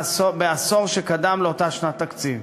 בעשור שקדם לאותה שנת תקציב.